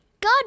God